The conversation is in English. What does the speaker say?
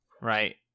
right